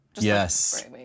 Yes